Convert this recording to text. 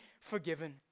forgiven